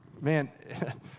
man